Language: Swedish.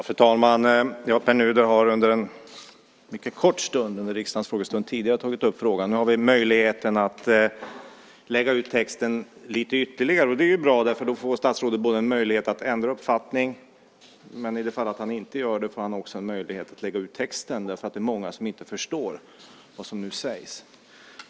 Fru talman! Pär Nuder har fått frågan tidigare under riksdagens frågestund. Nu har vi möjlighet att lägga ut texten ytterligare. Det är bra. Statsrådet får möjlighet att ändra uppfattning. I det fallet han inte gör det får han möjlighet att lägga ut texten eftersom det är många som inte förstår vad som nu sägs.